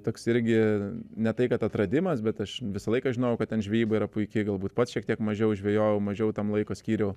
toks irgi ne tai kad atradimas bet aš visą laiką žinojau kad ten žvejyba yra puikiai galbūt pats šiek tiek mažiau žvejojau mažiau tam laiko skyriau